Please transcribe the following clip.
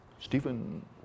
Stephen